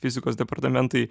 fizikos departamentai